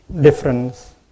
difference